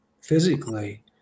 Physically